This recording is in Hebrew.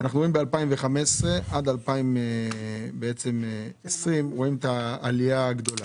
רואים מ-2015 עד 2020 ורואים את העלייה הגדולה.